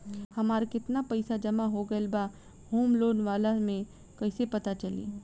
हमार केतना पईसा जमा हो गएल बा होम लोन वाला मे कइसे पता चली?